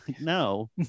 No